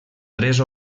tres